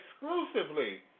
exclusively